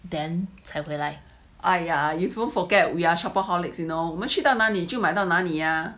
!aiya! you won't forget we are shopaholics you know 我们去到那里就买到哪里呀